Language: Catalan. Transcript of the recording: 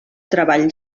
treball